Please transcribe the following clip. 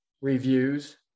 reviews